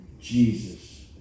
Jesus